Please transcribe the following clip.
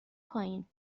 پایین